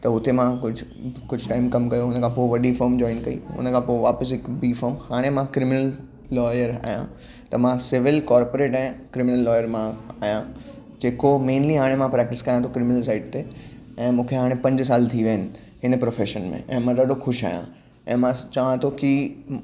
त हुते मां कुझु कुझु टाइम कम कयो उनखां पोइ वॾी फर्म जॉइन कई उनखां पोइ वापसि हिक बि फार्म हाणे मां क्रिमिनल लॉयर आहियां त मां सिविल कॉर्पोरेट ऐं क्रिमिनल लॉयर मां आहियां जेको मेनली हाणे मां प्रॅक्टिस कयां थो क्रिमिनल साइट ते ऐं मूंखे हाणे पंज साल थी विया आहिनि हिन प्रोफेशन में ऐं मां ॾाढो ख़ुशि आहियां ऐं मांस चाहां थो की